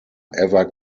ever